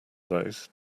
those